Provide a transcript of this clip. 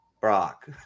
Brock